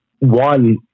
one